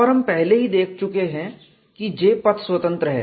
और हम पहले ही देख चुके हैं कि J पथ स्वतंत्र है